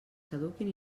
caduquin